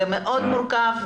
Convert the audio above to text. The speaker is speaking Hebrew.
זה מאוד מורכב,